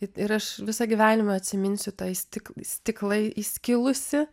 ir aš visą gyvenimą atsiminsiu tą sti stiklai įskilusį